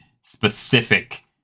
specific